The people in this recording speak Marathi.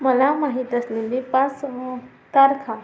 मला माहित असलेले पाच तारखा